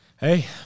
Hey